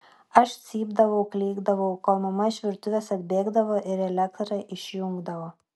aš cypdavau klykdavau kol mama iš virtuvės atbėgdavo ir elektrą išjungdavo